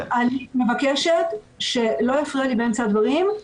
אני מבקשת שלא יפריע לי כהרגלו.